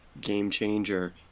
game-changer